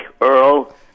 Earl